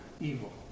evil